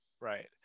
Right